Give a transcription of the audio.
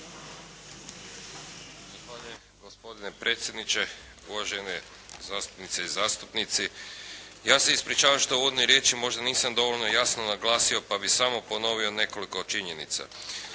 gospodine predsjedniče, uvažene zastupnice i zastupnici. Ja se ispričavam što u uvodnoj riječi možda nisam dovoljno jasno naglasio pa bi samo ponovio nekoliko činjenica.